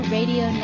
Radio